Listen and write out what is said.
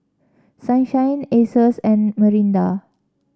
Sunshine Asus and Mirinda